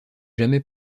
jamais